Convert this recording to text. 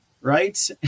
right